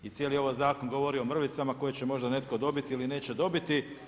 I cijeli ovaj zakon govori o mrvicama koje će možda netko dobiti ili neće dobiti.